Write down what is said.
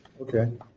Okay